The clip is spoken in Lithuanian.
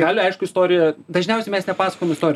gali aišku istorija dažniausiai mes nepasakojam istorijų